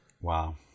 Wow